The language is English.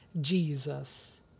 Jesus